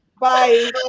bye